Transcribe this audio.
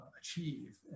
achieve